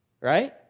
right